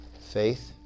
faith